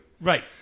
Right